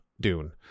dune